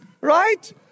right